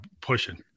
pushing